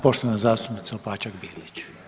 Poštovana zastupnica Opačak-Bilić.